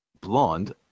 Blonde